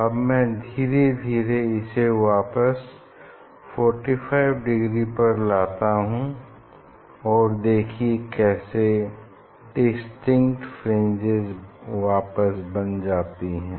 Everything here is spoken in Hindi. अब मैं धीरे धीरे इसे वापस 45 डिग्री पर लाता हूँ और देखिये कैसे डिस्टिंक्ट फ्रिंजेस वापस बन जाती हैं